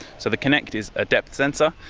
so the kinect is a depth sensor,